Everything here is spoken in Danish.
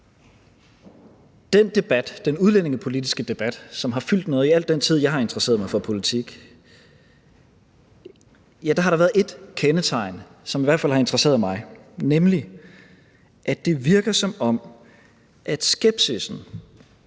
den udlændingepolitiske debat, som har fyldt noget i al den tid, jeg har interesseret mig for politik, har der været et kendetegn, som i hvert fald har interesseret mig, nemlig at det virker, som om skepsissen